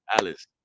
Alice